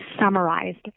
summarized